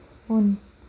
उन